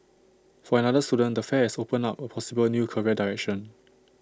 for another student the fair has opened up A possible new career direction